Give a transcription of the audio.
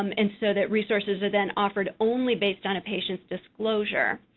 um and so that resources are then offered only based on a patient's disclosure.